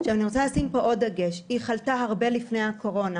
אני רוצה לשים פה עוד דגש: היא חלתה הרבה לפני הקורונה.